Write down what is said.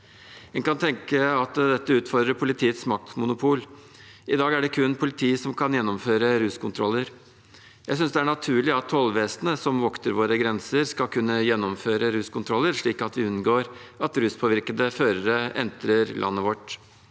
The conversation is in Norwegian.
En kan tenke at dette utfordrer politiets maktmonopol. I dag er det kun politiet som kan gjennomføre ruskontroller. Jeg synes det er naturlig at tollvesenet, som vokter våre grenser, skal kunne gjennomføre ruskontroller, slik at vi unngår at ruspåvirkede førere entrer landet vårt.